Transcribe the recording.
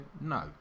no